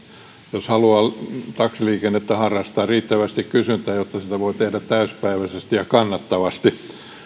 jos haluaa taksiliikennettä harrastaa riittävästi kysyntää jotta sitä voi tehdä täyspäiväisesti ja kannattavasti